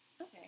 Okay